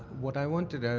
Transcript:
what i wanted, ah